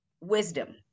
wisdom